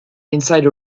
inside